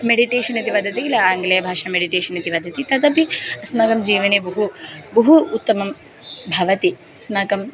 meditation इति वदति किल आङ्ग्लभाषा मेडिटेशन् इति वदति तदपि अस्माकं जीवने बहु बहु उत्तमं भवति अस्माकं